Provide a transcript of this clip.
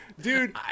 Dude